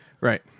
Right